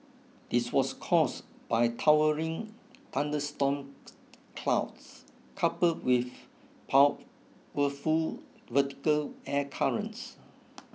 this was caused by towering thunderstorm clouds coupled with powerful vertical air currents